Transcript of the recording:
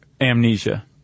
Amnesia